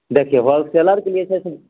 देखियो होलेसेलरके जे छै से